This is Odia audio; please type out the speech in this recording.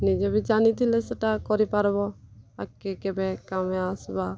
ନିଜେ ବି ଜାନିଥିଲେ ସେଟା କରିପାର୍ବ ଆଗ୍କେ କେବେ କାମେ ଆସ୍ବା